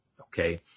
okay